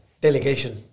Delegation